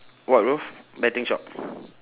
what roof betting shop